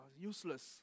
useless